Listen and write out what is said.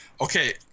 Okay